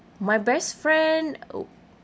my best friend